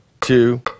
two